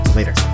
Later